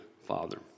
father